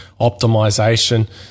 optimization